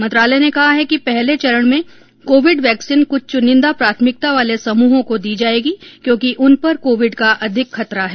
मंत्रालय ने कहा है कि पहले चरण में कोविड वैक्सीन कुछ चुनिंदा प्राथमिकता वाले समूहों को दी जायेगी क्योंकि उन पर कोविड का अधिक खतरा है